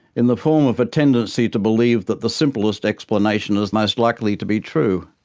in the form of a tendency to believe that the simplest explanation is most likely to be true.